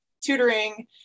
tutoring